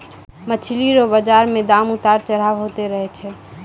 मछली रो बाजार मे दाम उतार चढ़ाव होते रहै छै